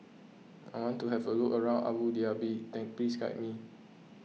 I want to have a look around Abu Dhabi then please guide me